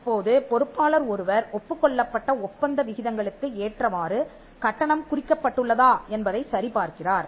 இப்போது பொறுப்பாளர் ஒருவர் ஒப்புக்கொள்ளப்பட்ட ஒப்பந்த விகிதங்களுக்கு ஏற்றவாறு கட்டணம் குறிக்கப்பட்டுள்ளதா என்பதைச் சரி பார்க்கிறார்